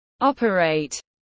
operate